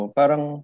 parang